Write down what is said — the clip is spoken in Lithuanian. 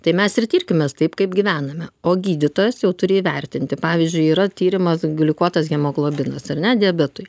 tai mes ir tirkimės taip kaip gyvename o gydytojas jau turi įvertinti pavyzdžiui yra tyrimas gliukuotas hemoglobinas ar ne diabetui